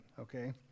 okay